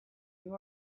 you